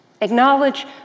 Acknowledge